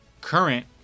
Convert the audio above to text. current